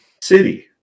city